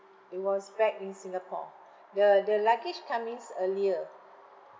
it was back in singapore the the luggage come ins earlier